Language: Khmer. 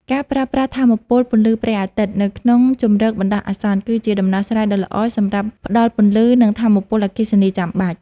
ការប្រើប្រាស់ថាមពលពន្លឺព្រះអាទិត្យនៅក្នុងជម្រកបណ្តោះអាសន្ន គឺជាដំណោះស្រាយដ៏ល្អសម្រាប់ផ្តល់ពន្លឺ និងថាមពលអគ្គិសនីចាំបាច់។